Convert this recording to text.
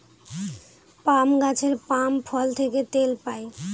পাম গাছের পাম ফল থেকে তেল পাই